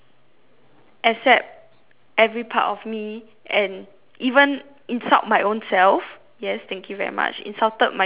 accept every part of me and even insult my own self yes thank you very much insulted myself for like